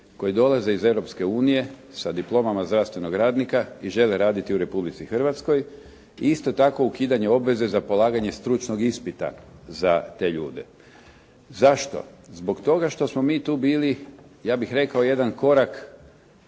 koji dolaze iz Europske unije sa diplomama zdravstvenog radnika i žele raditi u Republici Hrvatskoj i isto tako ukidanje obveze za polaganje stručnog ispita za te ljude. Zašto? Zbog toga što smo mi tu bili, ja bih rekao jedan korak